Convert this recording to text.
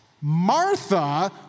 Martha